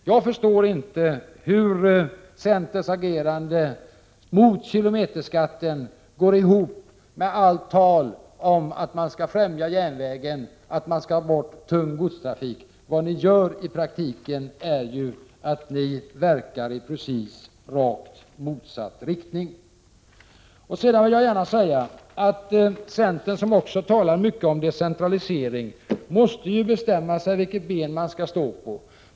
Jag förstår inte hur centerns agerande mot kilometerskatten går ihop med allt tal om att man skall främja järnvägen, att man skall ha bort tung godstrafik. I praktiken verkar ni ju i rakt motsatt riktning. Slutligen vill jag gärna säga att centern, som talar mycket om decentralisering, måste ju bestämma sig för vilket ben man skall stå på.